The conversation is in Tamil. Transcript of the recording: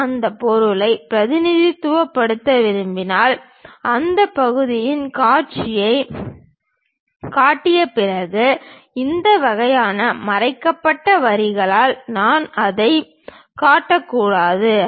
நான் அந்த பொருளை பிரதிநிதித்துவப்படுத்த விரும்பினால் அந்த பகுதியுக் காட்சியைக் காட்டிய பிறகு இந்த வகையான மறைக்கப்பட்ட வரிகளால் நான் அதைக் காட்டக்கூடாது